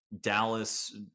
Dallas